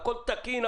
הכל תקין,